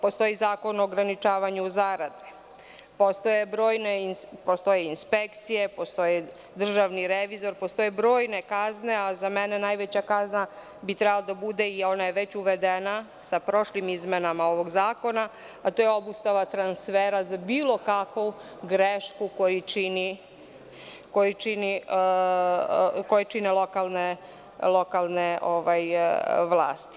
Postoji zakon o ograničavanju zarada, postoji inspekcija, državni revizor, postoje brojne kazne, a za mene najveća kazna bi trebalo da bude i ona je već uvedena sa prošlim izmenama ovog zakona, a to je obustava transfera za bilo kakvu grešku koje čine lokalne vlasti.